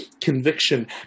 conviction